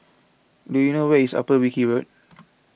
do you know where is Upper Wilkie Road